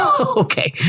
Okay